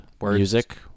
Music